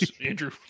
andrew